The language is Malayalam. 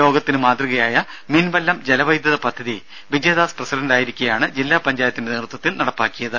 ലോകത്തിന് മാതൃകയായ മീൻവല്ലം ജലവൈദ്യുത പദ്ധതി വിജയദാസ് പ്രസിഡന്റായിരിക്കെയാണ് ജില്ലാ പഞ്ചായത്തിന്റെ നേതൃത്വത്തിൽ നടപ്പാക്കിയത്